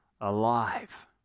Alive